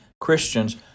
Christians